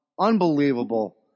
Unbelievable